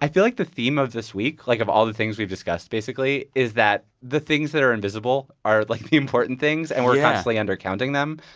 i feel like the theme of this week, like, of all the things we've discussed, basically, is that the things that are invisible are, like, the important things yeah and we're constantly undercounting them.